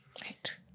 Right